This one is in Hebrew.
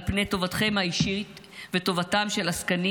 על פני טובתכם האישית וטובתם של עסקנים